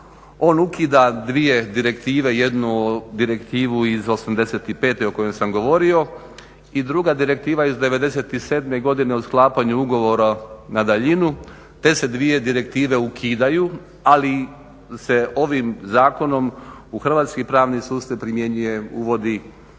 on ukida dvije direktive, jednu direktivu iz '85. o kojoj sam govorio i druga direktiva iz '97. godine o sklapanju ugovora na daljinu. Te se dvije direktive ukidaju, ali se ovim zakonom u hrvatski pravni sustav uvodi,